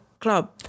club